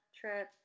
trip